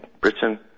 Britain